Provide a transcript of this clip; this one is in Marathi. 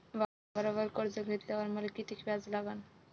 वावरावर कर्ज घेतल्यावर मले कितीक व्याज लागन?